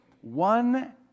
one